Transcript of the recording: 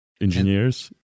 Engineers